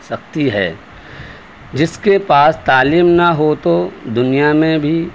سکتی ہے جس کے پاس تعلیم نہ ہو تو دنیا میں بھی